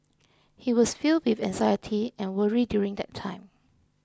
he was filled with anxiety and worry during that time